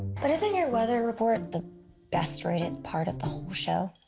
but isn't your weather report the best-rated part of the whole show?